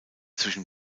zwischen